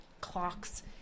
clocks